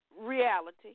Reality